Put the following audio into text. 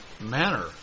manner